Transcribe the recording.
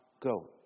go